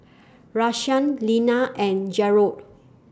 Rashaan Lena and Gerold